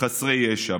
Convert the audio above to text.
חסרי ישע.